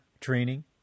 training